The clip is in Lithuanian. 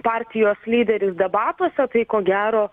partijos lyderis debatuose tai ko gero